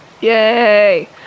Yay